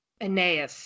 Anais